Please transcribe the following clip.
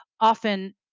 often